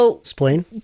Explain